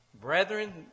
Brethren